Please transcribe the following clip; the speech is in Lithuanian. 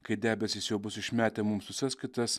kai debesys jau bus išmetę mums visas kitas